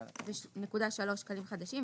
- 3,230.30 שקלים חדשים,